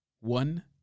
one